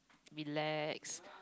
relax